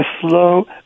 slow